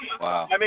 Wow